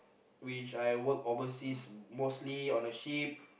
which I work overseas mostly on a ship